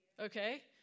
Okay